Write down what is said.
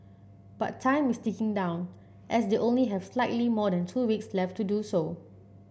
but time is ticking down as they only have slightly more than two weeks left to do so